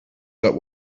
that